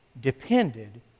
depended